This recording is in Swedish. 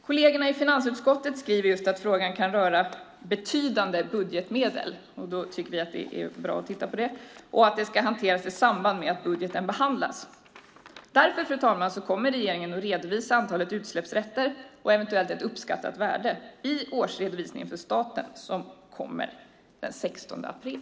Kollegerna i finansutskottet skriver att frågan kan röra betydande budgetmedel - därför tycker vi att det är bra att titta på det - och att den ska hanteras i samband med att budgeten behandlas. Därför, fru talman, kommer regeringen att redovisa antalet utsläppsrätter och eventuellt ett uppskattat värde i årsredovisningen för staten som kommer den 16 april.